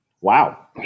Wow